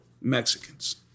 Mexicans